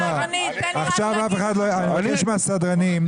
אני מבקש מהסדרנים,